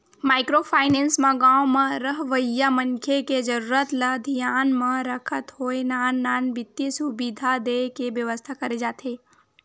micro finance म गाँव म रहवइया मनखे के जरुरत ल धियान म रखत होय नान नान बित्तीय सुबिधा देय के बेवस्था करे जाथे